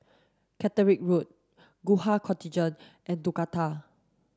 Caterick Road Gurkha Contingent and Dakota